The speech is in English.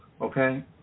okay